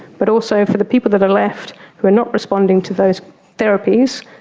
but also for the people that are left who are not responding to those therapies,